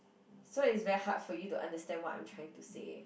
so it's very hard for you to understand what I'm trying to say